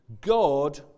God